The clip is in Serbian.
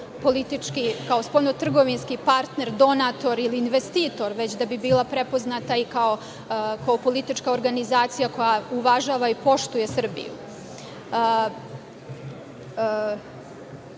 ne samo kao spoljnotrgovinski partner, donator ili investitor, već da bi bila prepoznata kao politička organizacija koja uvažava i poštuje Srbiju. Ono